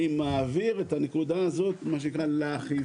אני מעביר את הנקודה הזאת לאכיפה